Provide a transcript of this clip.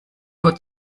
nur